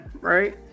right